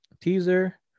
teaser